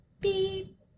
Beep